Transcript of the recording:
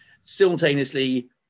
simultaneously